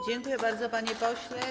Dziękuję bardzo, panie pośle.